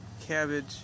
cabbage